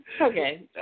Okay